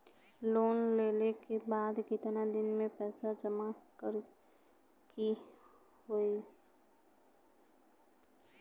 Loan लेले के बाद कितना दिन में पैसा जमा करे के होई?